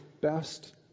best